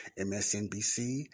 MSNBC